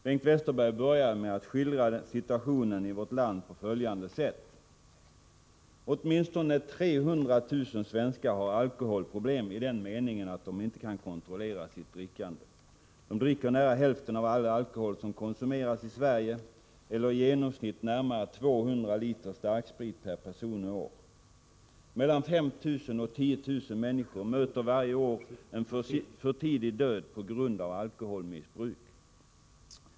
Bengt Westerberg började med att skildra situationen i vårt land på följande sätt: Åtminstone 300 000 svenskar har alkoholproblem i den meningen att de inte kan kontrollera sitt drickande. De dricker nära hälften av all alkohol som konsumeras i Sverige, eller i genomsnitt nära 200 liter starksprit per person och år. Mellan 5 000 och 10 000 människor möter varje år en för tidig död på grund av alkoholmissbruk.